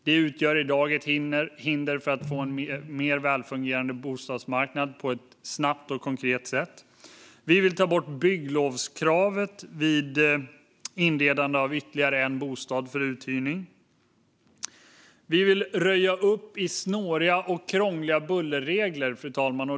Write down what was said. Detta utgör i dag ett hinder för att få en mer välfungerande bostadsmarknad på ett snabbt och konkret sätt. Vi vill ta bort bygglovskravet vid inredande av ytterligare en bostad för uthyrning. Vi vill röja upp i snåriga och krångliga bullerregler, fru talman.